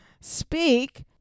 Speak